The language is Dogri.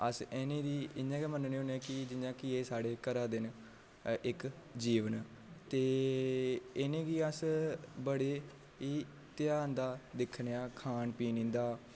अस इ'नें गी इ'यां गै मनन्ने होने आं की जि'यां की एह् साढ़े घरा दे न इक जीव न ते इ'नें गी अस बड़े ई धयान दा दिक्खने आं खान पीन इं'दा